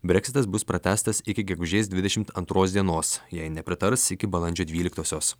breksitas bus pratęstas iki gegužės dvidešimt antros dienos jei nepritars iki balandžio dvyliktosios